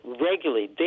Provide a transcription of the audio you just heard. regularly